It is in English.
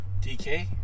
DK